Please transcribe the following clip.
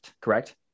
correct